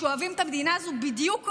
שאוהבים את המדינה הזו בדיוק כמונו,